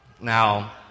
Now